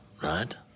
right